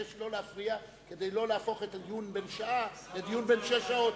אני מבקש לא להפריע כדי שלא להפוך דיון בן שעה לדיון בן שש שעות,